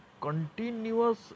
continuous